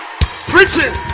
Preaching